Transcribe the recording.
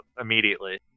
immediately